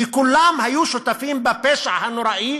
כי כולם היו שותפים בפשע הנוראי